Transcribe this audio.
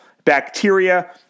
Bacteria